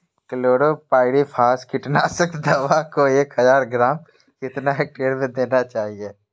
Chlorpyrifos कीटनाशक दवा को एक हज़ार ग्राम कितना हेक्टेयर में देना चाहिए?